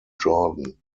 jordan